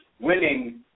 winning